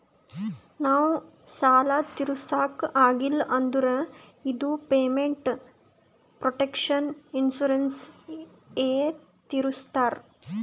ನಾವ್ ಸಾಲ ತಿರುಸ್ಲಕ್ ಆಗಿಲ್ಲ ಅಂದುರ್ ಇದು ಪೇಮೆಂಟ್ ಪ್ರೊಟೆಕ್ಷನ್ ಇನ್ಸೂರೆನ್ಸ್ ಎ ತಿರುಸ್ತುದ್